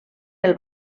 del